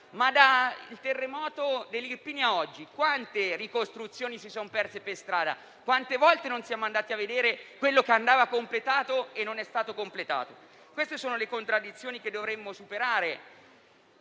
Dal terremoto in Irpinia ad oggi quante ricostruzioni si sono perse per strada? Quante volte non siamo andati a vedere quello che andava completato e non è stato completato? Queste sono le contraddizioni che dovremmo superare